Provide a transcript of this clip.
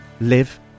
live